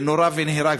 נורה ונהרג.